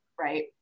right